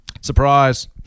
Surprise